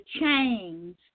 change